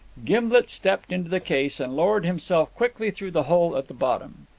gimblet stepped into the case, and lowered himself quickly through the hole at the bottom.